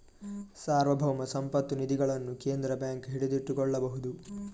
ಸಾರ್ವಭೌಮ ಸಂಪತ್ತು ನಿಧಿಗಳನ್ನು ಕೇಂದ್ರ ಬ್ಯಾಂಕ್ ಹಿಡಿದಿಟ್ಟುಕೊಳ್ಳಬಹುದು